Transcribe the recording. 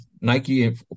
Nike